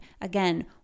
Again